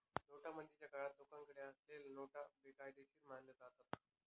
नोटाबंदीच्या काळात लोकांकडे असलेल्या नोटा बेकायदेशीर मानल्या जातात